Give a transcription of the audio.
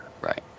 Right